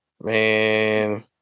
Man